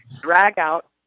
drag-out